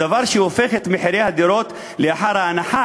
דבר שהופך את מחירי הדירות לאחר ההנחה